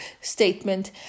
statement